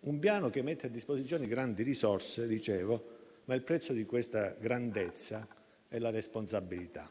È un Piano che mette a disposizione grandi risorse, ma il prezzo di questa grandezza è la responsabilità.